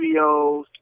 videos